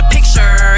picture